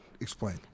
Explain